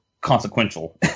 consequential